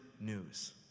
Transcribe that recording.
news